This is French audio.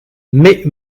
mais